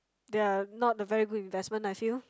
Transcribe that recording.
they're not a very good investment I feel